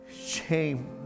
shame